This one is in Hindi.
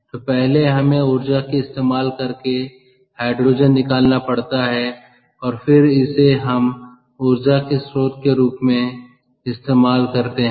तो पहले हमें ऊर्जा के इस्तेमाल करके हाइड्रोजन निकालना पड़ता है और फिर उसे हम उर्जा के स्रोत के रूप में इस्तेमाल कर सकते है